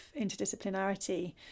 interdisciplinarity